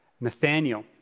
Nathaniel